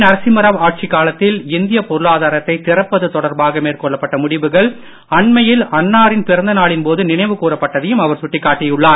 நரசிம்மராவ் ஆட்சிக்காலத்தில் இந்திய பொருளாதாரத்தை திறப்பது தொடர்பாக மேற்கொள்ளப்பட்ட முடிவுகள் அண்மையில் அன்னாரின் பிறந்த நாளின் போது நினைவு கூறப்பட்டதையும் அவர் சுட்டிக் காட்டியுள்ளார்